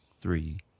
three